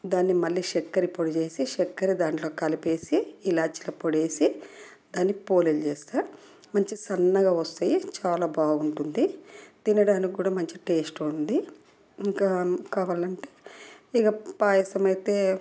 దాన్ని మళ్ళీ చక్కెర పొడి చేసి చక్కెర దాంట్లో కలిపేసి ఇలాచీల పొడి ఏసి దాన్ని పోలేలు చేస్తా మంచి సన్నగా వస్తాయి చాలా బాగుంటుంది తినడానికి కూడా మంచి టేస్ట్ ఉంది ఇంకా కావాలంటే ఇక పాయసం అయితే